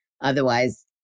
Otherwise